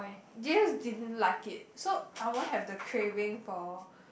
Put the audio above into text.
just didn't like it so I won't have the craving for